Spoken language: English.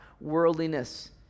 worldliness